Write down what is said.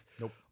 Nope